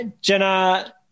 Jenna